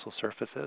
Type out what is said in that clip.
surfaces